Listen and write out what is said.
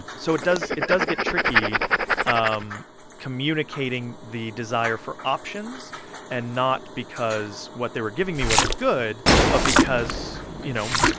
so it does it does get tricky um communicating the desire for options and not because what they were giving me wasn't good but because, you know,